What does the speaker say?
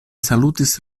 salutis